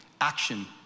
Action